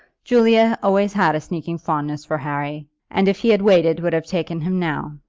julia always had a sneaking fondness for harry, and if he had waited would have taken him now.